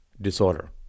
disorder